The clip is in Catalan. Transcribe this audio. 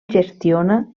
gestiona